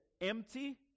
empty